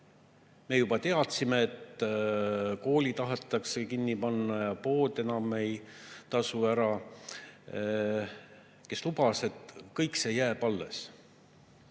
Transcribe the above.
me juba teadsime, et kooli tahetakse kinni panna ja pood enam ei tasu ära –, et kõik see jääb alles.